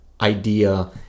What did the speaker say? idea